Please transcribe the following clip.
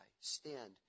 stand